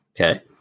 Okay